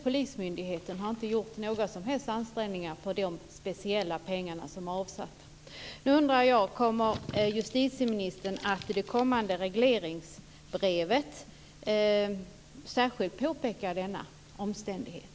Polismyndigheten däremot har inte gjort några som helst ansträngningar för de speciella pengar som är avsatta. Kommer justitieministern att i det kommande regleringsbrevet särskilt peka på denna omständighet?